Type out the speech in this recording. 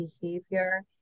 behavior